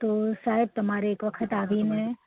તો સાહેબ તમારે એક વખત આવીને